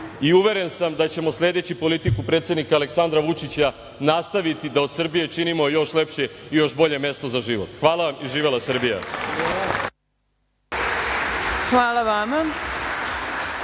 i uveren sam da ćemo sledeći politiku predsednika Aleksandra Vučića nastaviti da od Srbije činimo još lepše i još bolje mesto za život. Hvala vam i živela Srbija. **Marina